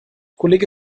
kollege